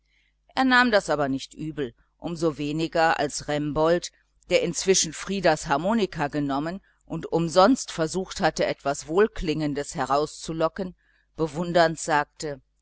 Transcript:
er nahm das aber nicht übel um so weniger als remboldt der inzwischen frieders harmonika genommen und umsonst probiert hatte etwas wohlklingendes herauszulocken bewundernd sagte